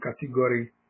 category